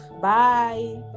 bye